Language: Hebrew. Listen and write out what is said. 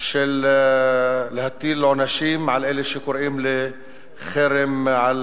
של הטלת עונשים על אלה שקוראים לחרם על